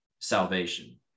salvation